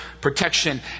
protection